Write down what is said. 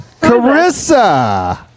Carissa